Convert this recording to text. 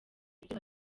ibyo